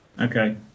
Okay